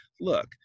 look